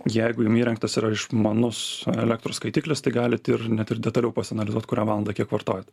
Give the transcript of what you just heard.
jeigu jum įrengtas yra išmanus elektros skaitiklis tai galit ir net ir detaliau pasianalizuot kurią valandą kiek vartojat